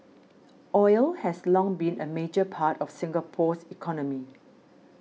oil has long been a major part of Singapore's economy